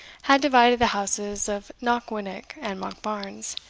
had divided the houses of knockwinnock and monkbarns,